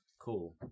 Cool